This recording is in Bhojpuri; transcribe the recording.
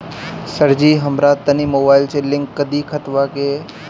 सरजी हमरा तनी मोबाइल से लिंक कदी खतबा के